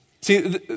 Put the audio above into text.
See